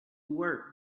work